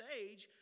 age